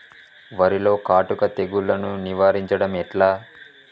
వరిలో కాటుక తెగుళ్లను నివారించడం ఎట్లా?